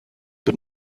but